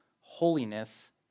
holiness